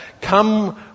come